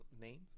names